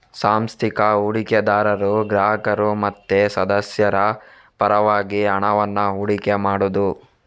ಸಾಂಸ್ಥಿಕ ಹೂಡಿಕೆದಾರರು ಗ್ರಾಹಕರು ಮತ್ತೆ ಸದಸ್ಯರ ಪರವಾಗಿ ಹಣವನ್ನ ಹೂಡಿಕೆ ಮಾಡುದು